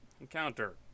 Encounter